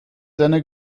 seine